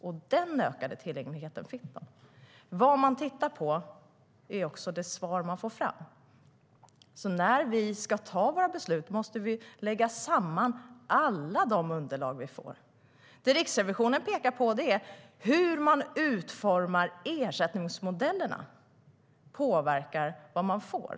Och den ökade tillgängligheten fick de. Det Riksrevisionen pekar på är att utformningen av ersättningsmodellerna påverkar vad man får.